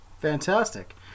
Fantastic